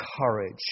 courage